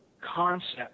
concept